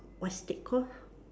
what's that call